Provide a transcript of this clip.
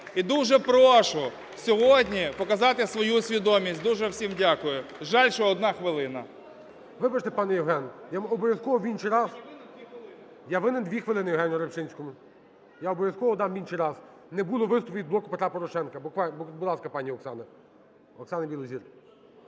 І дуже прошу сьогодні показати свою свідомість. Дуже всім дякую. Жаль, що одна хвилина. ГОЛОВУЮЧИЙ. Вибачте, пане Євген, я вам обов'язково в інший раз… Я винен дві хвилини Євгену Рибчинському. Я обов'язково дам в інший раз. Не було виступу від "Блоку Петра Порошенка". Будь ласка, пані Оксана. Оксана Білозір.